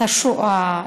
את השואה,